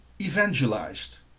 evangelized